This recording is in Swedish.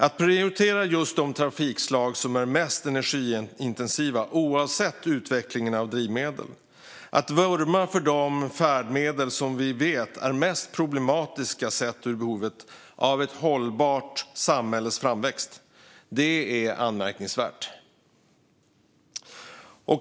Att prioritera just de trafikslag som är mest energiintensiva, oavsett utveckling av drivmedel, och att vurma för de färdmedel som vi vet är mest problematiska sett ur behovet av ett hållbart samhälles framväxt - det är anmärkningsvärt.